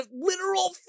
literal